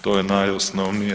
To je najosnovnije.